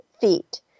feet